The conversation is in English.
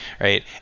right